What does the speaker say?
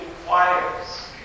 requires